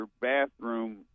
bathroom